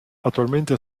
attualmente